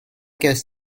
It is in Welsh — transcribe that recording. ges